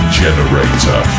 generator